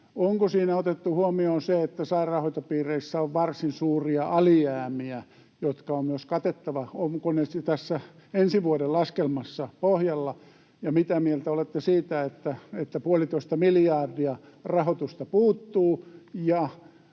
Onko siinä otettu huomioon se, että sairaanhoitopiireissä on varsin suuria alijäämiä, jotka on myös katettava? Ovatko ne tässä ensi vuoden laskelmassa pohjalla? Ja mitä mieltä olette siitä, että 1,5 miljardia rahoitusta puuttuu,